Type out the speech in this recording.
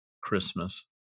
Christmas